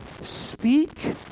speak